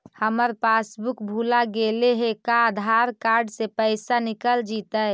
हमर पासबुक भुला गेले हे का आधार कार्ड से पैसा निकल जितै?